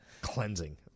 Cleansing